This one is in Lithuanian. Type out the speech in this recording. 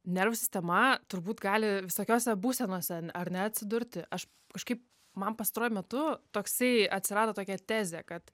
nervų sistema turbūt gali visokiose būsenose ar ne atsidurti aš kažkaip man pastaruoju metu toksai atsirado tokia tezė kad